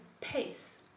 pace